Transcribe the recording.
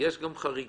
יש גם חריגות.